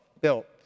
built